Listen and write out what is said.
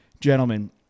Gentlemen